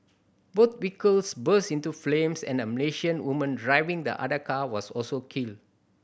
both vehicles burst into flames and a Malaysian woman driving the other car was also killed